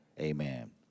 Amen